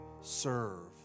serve